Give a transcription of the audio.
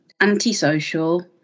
antisocial